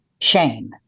shame